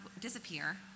disappear